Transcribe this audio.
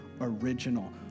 original